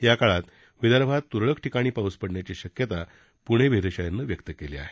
याकाळात विदर्भात तुरळक ठिकाणी पाऊस पडण्याची शक्यता पुणे वेधशाळेनं व्यक्त केली आहे